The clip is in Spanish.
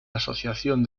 asociación